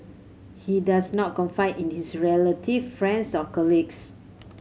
he does not confide in his relative friends or colleagues